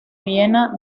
viena